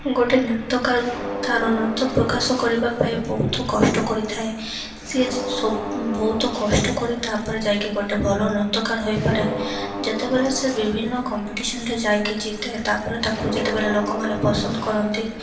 ଗୋଟେ ନୃତ୍ୟକାର ତା'ର ନୃତ୍ୟ ପ୍ରକାଶ କରିବା ପାଇଁ ବହୁତ କଷ୍ଟ କରିଥାଏ ସିଏ ବହୁତ କଷ୍ଟ କରି ତାପରେ ଯାଇକି ଗୋଟେ ଭଲ ନୃତକାର ହୋଇପାରେ ଯେତେବେଲେ ସେ ବିଭିନ୍ନ କମ୍ପିଟିସନ୍ରେ ଯାଇକି ଜିତେ ତାପରେ ତାକୁ ଯେତେବେଲେ ଲୋକମାନେ ପସନ୍ଦ କରନ୍ତି